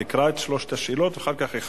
תקרא את שלוש השאלות ואחר כך יענה השר.